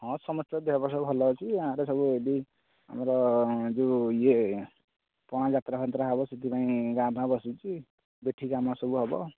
ହଁ ସମସ୍ତଙ୍କ ଦେହପା ସବୁ ଭଲ ଅଛି ଗାଁରେ ସବୁ ଏଇଠି ଆମର ଯେଉଁ ଇଏ ପଣା ଯାତ୍ରା ଫାତ୍ରା ହେବ ସେଥିପାଇଁ ଗାଁ ଫାଁ ବସିଛି ବେଠି କାମ ସବୁ ହେବ